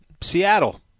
Seattle